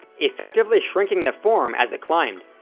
effectively shrinking the form as it climbed.